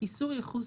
איסור ייחוס